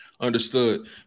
Understood